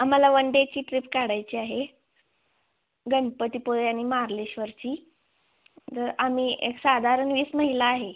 आम्हाला वन डेची ट्रीप काढायची आहे गणपतीपुळे आणि मार्लेश्वरची आम्ही एक साधारण वीस महिला आहे